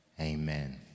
Amen